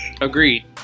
Agreed